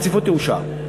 הרציפות תאושר.